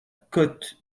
côte